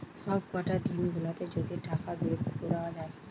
সবকটা দিন গুলাতে যদি টাকা বের কোরা যায়